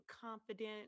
confident